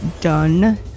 done